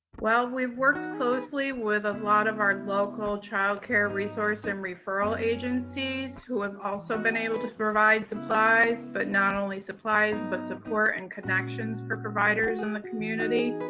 well we've worked closely with a lot of our and local childcare resource and referral agencies who have um also been able to provide supplies but not only supplies but support and connections for providers in the community